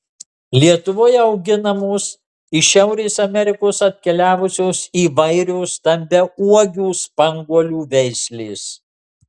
lietuvoje auginamos iš šiaurės amerikos atkeliavusios įvairios stambiauogių spanguolių veislės